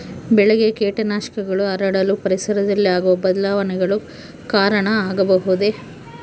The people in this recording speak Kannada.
ಬೆಳೆಗೆ ಕೇಟನಾಶಕಗಳು ಹರಡಲು ಪರಿಸರದಲ್ಲಿ ಆಗುವ ಬದಲಾವಣೆಗಳು ಕಾರಣ ಆಗಬಹುದೇ?